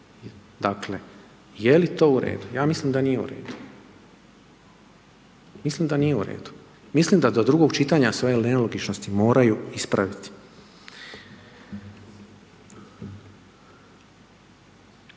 Dakle, je li to u redu? Ja mislim da nije u redu. Mislim da nije u redu. Mislim da do drugog čitanja se ove nelogičnosti moraju ispraviti.